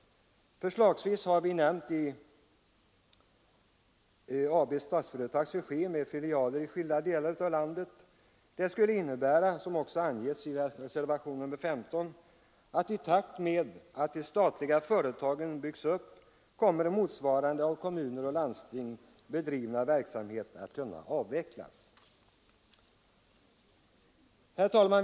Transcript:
Förslagsvis har vi nämnt verksamhet i AB Statsföretags regi med filialer i skilda delar av landet. Det skulle innebära, som också anges i reservationen 15, att i takt med att de statliga företagen byggs upp kommer motsvarande av kommuner och landsting bedrivna verksamhet att kunna avvecklas. Herr talman!